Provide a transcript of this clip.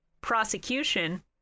Prosecution